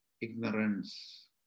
ignorance